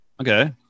Okay